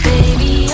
Baby